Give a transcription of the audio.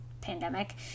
pandemic